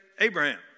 Abraham